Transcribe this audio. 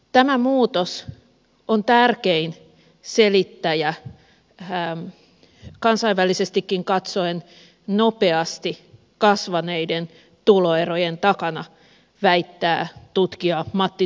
tämä muutos on tärkein selittäjä kansainvälisestikin katsoen nopeasti kasvaneiden tuloerojen takana väittää tutkija matti tuomaala